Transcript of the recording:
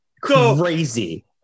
crazy